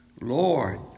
Lord